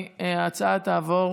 ההצעה תעבור